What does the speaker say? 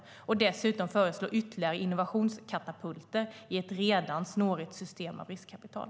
Ni föreslår dessutom ytterligare innovationskatapulter i ett redan snårigt system av riskkapital.